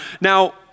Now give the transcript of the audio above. now